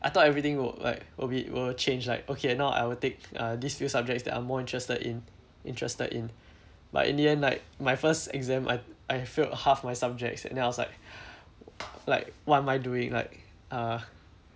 I thought everything would like will be will change like okay now I will take uh these few subjects that I more interested in interested in but in the end like my first exam I I failed half my subjects and then I was like like what am I doing like uh